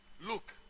Look